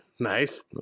Nice